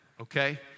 okay